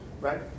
right